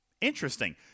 Interesting